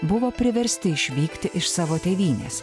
buvo priversti išvykti iš savo tėvynės